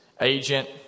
agent